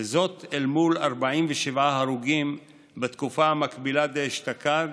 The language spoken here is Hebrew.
אל מול 47 הרוגים בתקופה המקבילה דאשתקד,